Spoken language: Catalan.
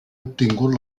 obtingut